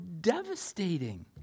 devastating